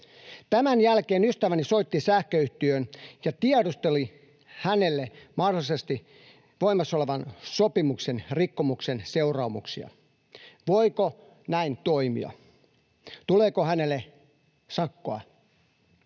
Tämän jälkeen ystäväni soitti sähköyhtiöön ja tiedusteli hänelle voimassa olevan sopimuksen mahdollisen rikkomuksen seuraamuksia: Voiko näin toimia? Tuleeko hänelle sakkoa?